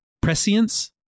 Prescience